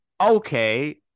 okay